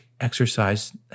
exercise